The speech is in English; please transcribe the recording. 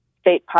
state